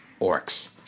orcs